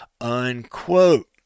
Unquote